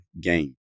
game